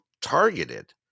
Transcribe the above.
targeted